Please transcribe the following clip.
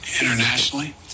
internationally